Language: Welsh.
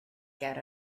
ger